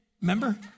Remember